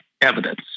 evidence